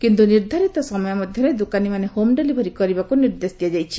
କିନ୍ତୁ ନିର୍ଦ୍ଧାରିତ ସମୟ ମଧ୍ଧରେ ଦେକାନୀ ମାନେ ହୋମ୍ ଡେଲିଭରି କରିବାକୁ ନିର୍ଦ୍ଦେଶ ଦିଆଯାଇଛି